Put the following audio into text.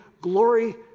glory